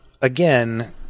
again